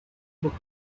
book